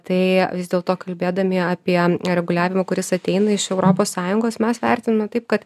tai vis dėlto kalbėdami apie reguliavimą kuris ateina iš europos sąjungos mes vertiname taip kad